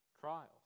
trials